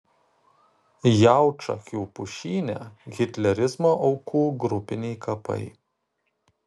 jaučakių pušyne hitlerizmo aukų grupiniai kapai